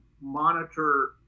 monitor